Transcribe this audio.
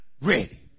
ready